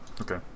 Okay